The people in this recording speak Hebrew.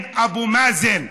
כן, אבו מאזן.